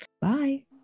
Bye